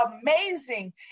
amazing